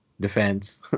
defense